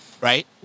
right